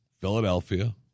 Philadelphia